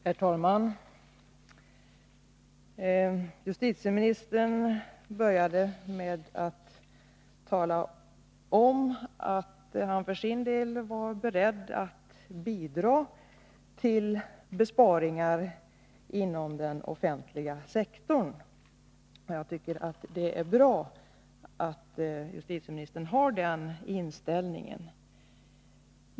Herr talman! Justitieministern började med att tala om att han för sin del var beredd att bidra till besparingar inom den offentliga sektorn. Jag tycker att det är bra att justitieministern har den inställningen.